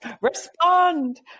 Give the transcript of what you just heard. Respond